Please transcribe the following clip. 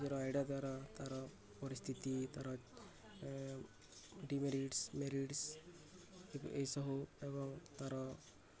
idea ଦ୍ଵାରା ତା'ର ପରିସ୍ଥିତି ତା'ର ଡ଼ିମେରିଟ୍ସ ମେରିଟ୍ସ ଏହିସବୁ ଏବଂ ତା'ର